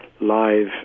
live